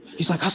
he's like, ah